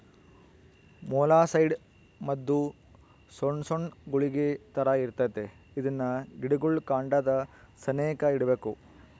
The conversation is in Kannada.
ಮೊಲಸ್ಸೈಡ್ ಮದ್ದು ಸೊಣ್ ಸೊಣ್ ಗುಳಿಗೆ ತರ ಇರ್ತತೆ ಇದ್ನ ಗಿಡುಗುಳ್ ಕಾಂಡದ ಸೆನೇಕ ಇಡ್ಬಕು